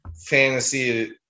fantasy